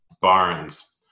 Barnes